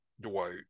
Dwight